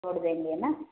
छोड़ देंगे न